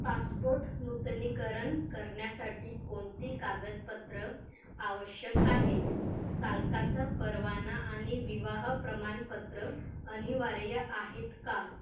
passport नूतनीकरण करण्यासाठी कोणती कागदपत्र आवश्यक आहेत चालकाचा परवाना आणि विवाह प्रमाणपत्र अनिवार्य आहेत का